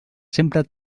sempre